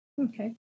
Okay